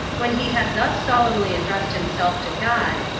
when he had thus solemnly addressed himself to god,